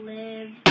live